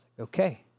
Okay